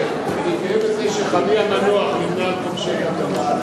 אני גאה בזה שחמי המנוח נמנה על כובשי קטמון.